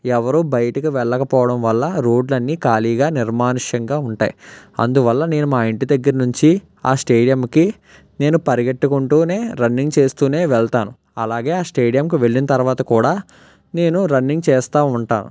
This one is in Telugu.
ఎవరు బయటికి వెళ్ళకపోవడం వల్ల రోడ్లన్నీ ఖాళీగా నిర్మానుష్యంగా ఉంటాయి అందువల్ల నేను మా ఇంటి దగ్గర నుంచి ఆ స్టేడియంకి నేను పరిగెత్తుకుంటు రన్నింగ్ చేస్తు వెళ్తాను అలాగే ఆ స్టేడియంకు వెళ్ళిన తర్వాత కూడా నేను రన్నింగ్ చేస్తు ఉంటాను